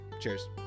cheers